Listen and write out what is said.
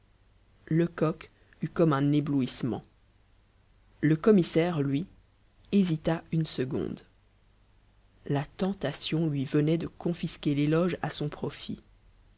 lecoq eut comme un éblouissement le commissaire lui hésita une seconde la tentation lui venait de confisquer l'éloge à son profit